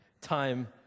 time